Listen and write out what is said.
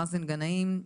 מאזן גנאים,